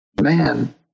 man